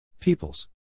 peoples